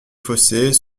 fossés